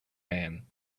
man